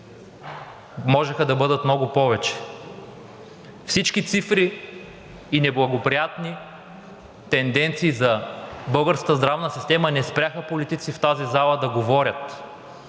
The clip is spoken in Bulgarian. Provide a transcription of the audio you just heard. можеха да бъдат много повече. Всички цифри и неблагоприятни тенденции за българската здравна система не спряха политиците в тази зала да говорят,